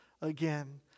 again